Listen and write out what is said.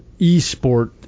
esport